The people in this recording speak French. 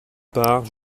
part